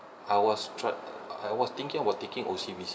I was try~ I was thinking about taking O_C_B_C